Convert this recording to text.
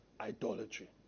idolatry